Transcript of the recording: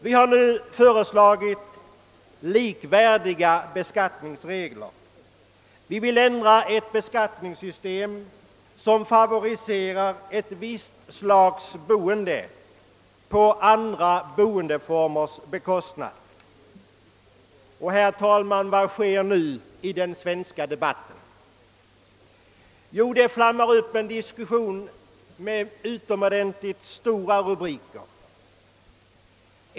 Vi har nu föreslagit likvärdiga beskattningsregler och vill ändra ett beskattningssystem som favoriserar ett visst slags boende på andra boendeformers bekostnad. Herr talman! Vad sker nu i den svenska debatten? Jo, det flammar upp en diskussion under utomordentligt stora rubriker.